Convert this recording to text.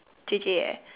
J_J eh